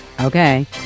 Okay